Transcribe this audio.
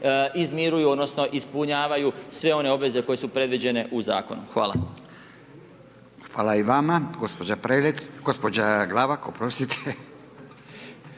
izmiruju odnosno ispunjavaju sve one obveze koje su predviđene u Zakonu. Hvala. **Radin, Furio (Nezavisni)** Hvala i vama. Gospođa Prelec, gospođa Glavak, oprostite.